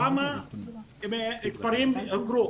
כמה כפרים הוכרו?